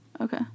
Okay